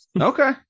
Okay